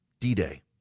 D-Day